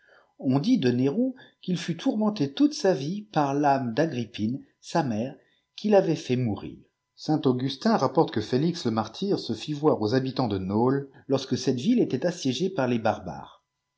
on ait de néron qu'il fut tourmenté toute sa vie par l'àme d'agrippine sa mère qu'il avait fait mourir saint augustin rapporte que félix le martyr se fit voir aux habitants de nôle lorsque cette ville était assiégée par les barbares